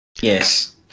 yes